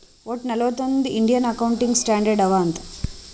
ವಟ್ಟ ನಲ್ವತ್ ಒಂದ್ ಇಂಡಿಯನ್ ಅಕೌಂಟಿಂಗ್ ಸ್ಟ್ಯಾಂಡರ್ಡ್ ಅವಾ ಅಂತ್